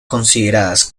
consideradas